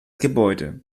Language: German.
gebäude